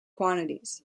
quantities